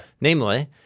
Namely